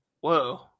Whoa